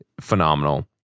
Phenomenal